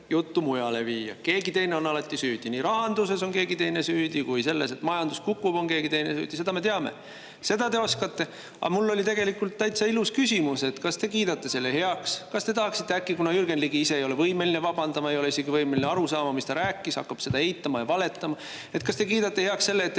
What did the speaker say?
juttu mujale viia. Keegi teine on alati süüdi – nii rahanduses on keegi teine süüdi kui selles, et majandus kukub, on keegi teine süüdi. Seda me teame. Seda te oskate. Aga mul oli tegelikult täitsa ilus küsimus, et kas te kiidate selle heaks? Kas te tahaksite äkki, kuna Jürgen Ligi ise ei ole võimeline vabandama, ei ole isegi võimeline aru saama, mis ta rääkis, hakkab seda eitama ja valetama, kas te kiidate heaks selle, et